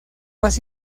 más